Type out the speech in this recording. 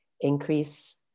increase